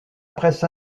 presse